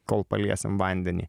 kol paliesim vandenį